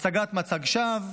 הצגת מצג שווא,